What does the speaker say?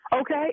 Okay